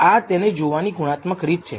આ તેને જોવાની ગુણાત્મક રીત છે